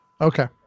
okay